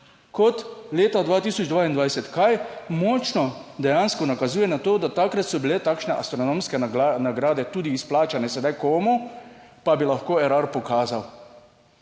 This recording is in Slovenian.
kot leta 2022, kar močno dejansko nakazuje na to, da takrat so bile takšne astronomske nagrade tudi izplačane. Sedaj, komu pa bi lahko Erar pokazal?